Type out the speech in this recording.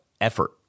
effort